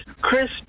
Chris